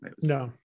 no